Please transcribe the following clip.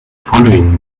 following